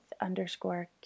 underscore